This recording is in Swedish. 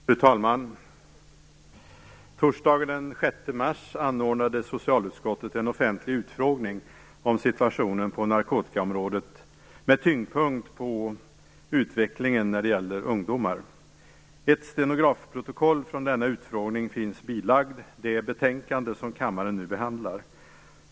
Fru talman! Torsdagen den 6 mars anordnade socialutskottet en offentlig utfrågning om situationen på narkotikaområdet med tyngdpunkt på utvecklingen när det gäller ungdomar. Ett stenografiskt upptecknat protokoll från denna utfrågning finns som bilaga till det betänkande som kammaren nu behandlar.